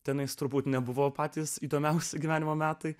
tenais turbūt nebuvo patys įdomiausi gyvenimo metai